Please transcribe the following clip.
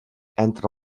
entre